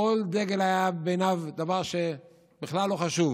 כל דגל היה בעיניו דבר שהוא בכלל לא חשוב,